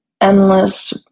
endless